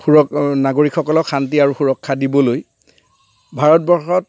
সুৰ নাগৰিকসকলক শান্তি আৰু সুৰক্ষা দিবলৈ ভাৰতবৰ্ষত